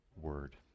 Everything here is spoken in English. word